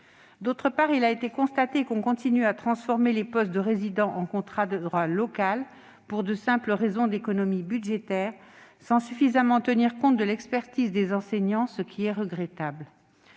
D'autre part, il a été constaté que l'on continue de transformer les postes de résidents en contrats de droit local, pour de simples raisons d'économies budgétaires, sans suffisamment tenir compte de l'expertise des enseignants ; c'est regrettable.